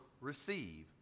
receive